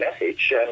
message